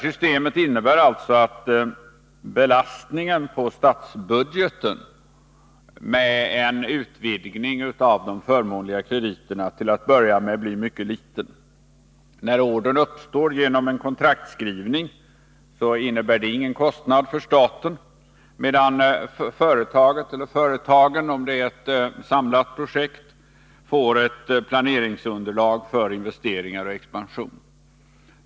Systemet innebär alltså att belastningen på statsbudgeten med en utvidgning av de förmånliga krediterna till att börja med blir mycket liten. När ordern uppstår genom en kontraktsskrivning, innebär det ingen kostnad för staten, medan företaget — eller företagen, om det är ett samlat projekt — får ett planeringsunderlag för investeringar och expansion.